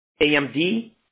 AMD